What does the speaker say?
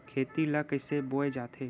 खेती ला कइसे बोय जाथे?